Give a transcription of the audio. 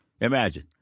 Imagine